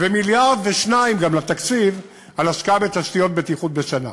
ומיליארד ו-2 גם לתקציב על השקעה בתשתיות בטיחות בשנה,